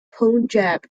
punjab